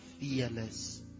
fearless